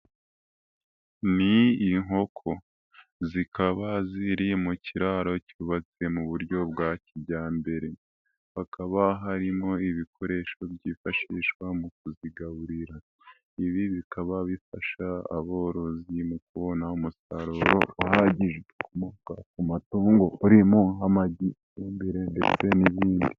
Ni inkoko zikaba ziri mu kiraro cyubatswe mu buryo bwa kijyambere, hakaba harimo ibikoresho byifashishwa mu kuzigaburira. Ibi bikaba bifasha aborozi mu kubona umusaruro uhagije ukomoka ku matongo urimo amajyambere ndetse n'izindi.